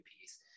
piece